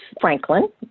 Franklin